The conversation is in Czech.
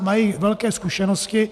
Mají velké zkušenosti.